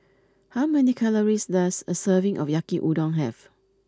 how many calories does a serving of Yaki Udon have